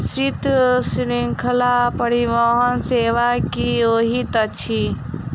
शीत श्रृंखला परिवहन सेवा की होइत अछि?